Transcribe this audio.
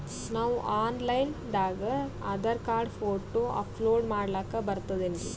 ನಾವು online ದಾಗ Aadhaar card, photo upload ಮಾಡ್ಲಕ ಬರ್ತದೇನ್ರಿ?